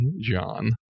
John